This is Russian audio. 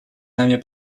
нами